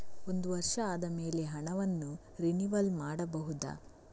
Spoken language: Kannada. ಒಂದು ವರ್ಷ ಆದಮೇಲೆ ಹಣವನ್ನು ರಿನಿವಲ್ ಮಾಡಬಹುದ?